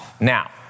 Now